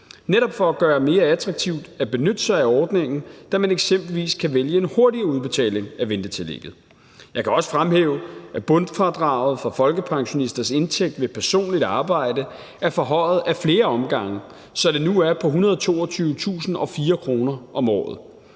netop for at gøre det mere attraktivt at benytte sig af ordningen, da man eksempelvis kan vælge en hurtigere udbetaling af ventetillægget. Jeg kan også fremhæve, at bundfradraget for folkepensionisters indtægt ved personligt arbejde er forhøjet ad flere omgange, så det nu er på 122.004 kr. om året.